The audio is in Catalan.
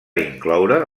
incloure